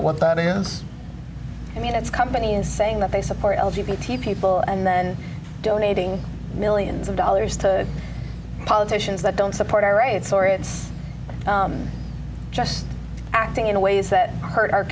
at what that is i mean it's companies saying that they support i'll be fifty people and then donating millions of dollars to politicians that don't support our rights or it's just acting in ways that hurt our